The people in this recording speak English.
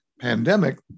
pandemic